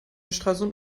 stralsund